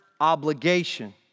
obligation